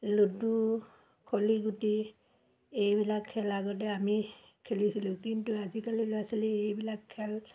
ludo খলিগুটি এইবিলাক খেল আগতে আমি খেলিছিলোঁ কিন্তু আজিকালি ল'ৰা ছোৱালী এইবিলাক খেল